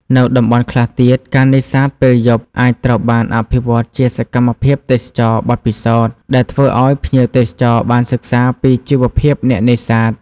នៅតំបន់ខ្លះទៀត ការនេសាទពេលយប់អាចត្រូវបានអភិវឌ្ឍជាសកម្មភាពទេសចរណ៍បទពិសោធន៍ ដែលធ្វើឱ្យភ្ញៀវទេសចរណ៍បានសិក្សាពីជីវភាពអ្នកនេសាទ។